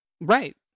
right